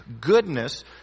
goodness